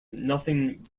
nothing